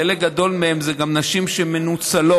חלק גדול מהן הן נשים שמנוצלות,